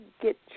get